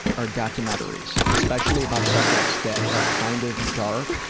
are documentaries, especially about subjects that are kind of dark,